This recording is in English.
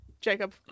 Jacob